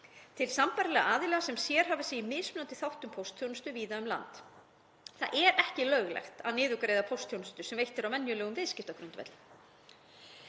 til sambærilegra aðila sem sérhæfa sig í mismunandi þáttum póstþjónustu víða um landið. Það er ekki löglegt að niðurgreiða póstþjónustu sem veitt er á venjulegum viðskiptagrundvelli.